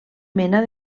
mena